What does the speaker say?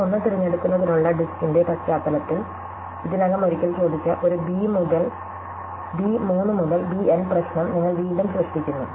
B 1 തിരഞ്ഞെടുക്കുന്നതിനുള്ള ഡിസ്കിന്റെ പശ്ചാത്തലത്തിൽ ഇതിനകം ഒരിക്കൽ ചോദിച്ച ഒരു ബി 3 മുതൽ ബി എൻ പ്രശ്നം നിങ്ങൾ വീണ്ടും സൃഷ്ടിക്കുന്നു